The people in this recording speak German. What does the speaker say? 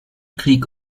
krieg